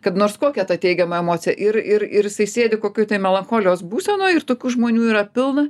kad nors kokia ta teigiama emocija ir ir ir jisai sėdi kokioj tai melancholijos būsenoj ir tokių žmonių yra pilna